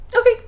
Okay